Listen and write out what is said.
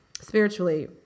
spiritually